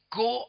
go